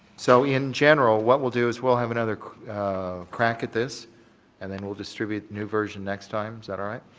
so, in general, what we'll do is we'll have another crack at this and then we'll distribute new version next time, is that all right?